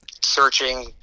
searching